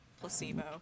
Placebo